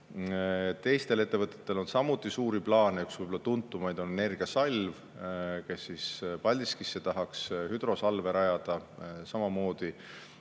Teistel ettevõtetel on samuti suuri plaane, üks tuntumaid on Energiasalv, kes Paldiskisse tahaks hüdrosalve rajada. Samamoodi